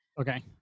okay